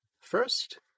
first